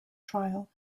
trial